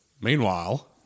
Meanwhile